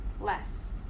less